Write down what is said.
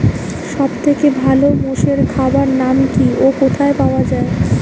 সব থেকে ভালো মোষের খাবার নাম কি ও কোথায় পাওয়া যায়?